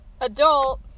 adult